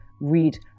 read